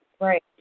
Right